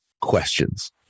questions